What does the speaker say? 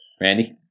Randy